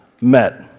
met